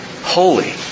holy